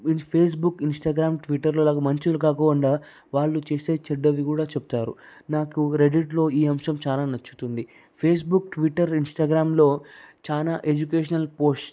with Facebook Instagram ట్విట్టర్లో లాగా మంచి కాకుండా వాళ్ళు చేసే చెడ్డవి కూడా చెప్తారు నాకు రెడీట్లో ఈ అంశం చాలా నచ్చుతుంది పేస్బుక్ ట్విట్టర్ ఇంస్టాగ్రామ్లో చాలా ఎడ్యుకేషనల్ పోస్ట్స్